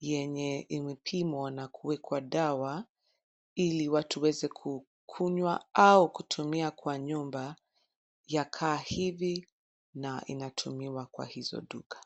yenye imepimwa na kuwekwa dawa ili watu waweze kukunywa au kutumia kwa nyumba yakaa hivi na inatumiwa kwa hizo duka.